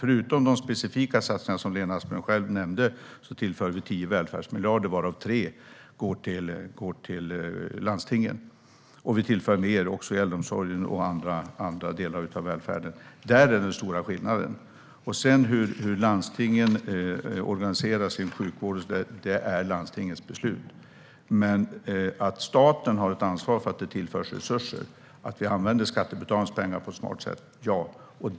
Förutom de specifika satsningar som Lena Asplund själv nämnde tillför vi 10 välfärdsmiljarder, varav 3 går till landstingen. Vi tillför också mer till äldreomsorgen och andra delar av välfärden. Där är den stora skillnaden. Hur landstingen organiserar sin sjukvård är landstingens beslut. Ja, staten har ett ansvar för att det tillförs resurser och att vi använder skattebetalarnas pengar på ett smart sätt.